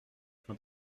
quand